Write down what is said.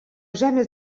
žemės